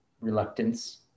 reluctance